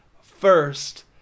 first